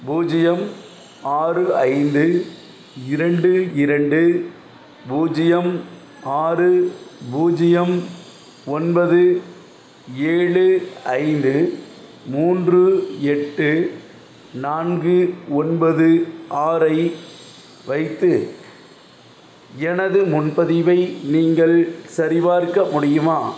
பூஜ்ஜியம் ஆறு ஐந்து இரண்டு இரண்டு பூஜ்ஜியம் ஆறு பூஜ்ஜியம் ஒன்பது ஏழு ஐந்து மூன்று எட்டு நான்கு ஒன்பது ஆறை வைத்து எனது முன்பதிவை நீங்கள் சரிபார்க்க முடியுமா